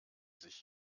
sich